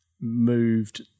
moved